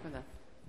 תודה.